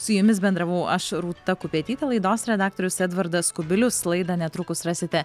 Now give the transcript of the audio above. su jumis bendravau aš rūta kupetytė laidos redaktorius edvardas kubilius laidą netrukus rasite